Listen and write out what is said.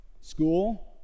School